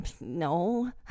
no